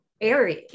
area